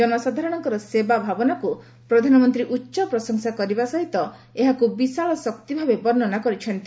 ଜନସାଧାରଣଙ୍କର ସେବା ଭାବନାକୁ ପ୍ରଧାନମନ୍ତ୍ରୀ ଉଚ୍ଚପ୍ରଶଂସା କରିବା ସହିତ ଏହାକୁ ବିଶାଳ ଶକ୍ତି ଭାବେ ବର୍ଷନା କରିଛନ୍ତି